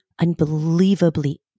unbelievably